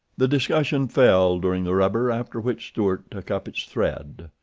the discussion fell during the rubber, after which stuart took up its thread.